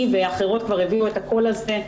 היא ואחרות כבר הביאו את הקול הזה,